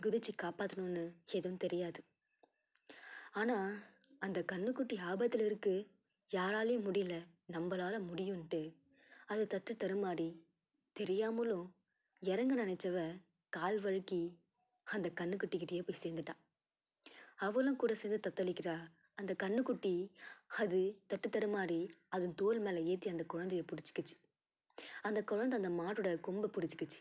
குதித்து காப்பாத்தணும்னு எதுவும் தெரியாது ஆனால் அந்த கன்றுக்குட்டி ஆபத்தில் இருக்குது யாராலையும் முடியல நம்மளால முடியுன்ட்டு அது தட்டுத்தடுமாறி தெரியாமலும் இறங்க நினைச்சவ கால் வழுக்கி அந்த கன்றுக்குட்டிக்கிட்டயே போய் சேர்ந்துட்டா அவளும் கூட சேர்ந்து தத்தளிக்கிறா அந்த கன்றுக்குட்டி அது தட்டுத்தடுமாறி அதன் தோள் மேலே ஏற்றி அந்த குழந்தையை பிடிச்சிக்கிச்சி அந்த குழந்தை அந்த மாட்டோடய கொம்பை பிடிச்சுக்கிச்சி